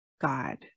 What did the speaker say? God